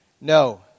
No